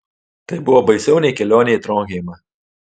tai buvo baisiau nei kelionė į tronheimą